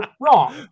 wrong